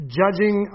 judging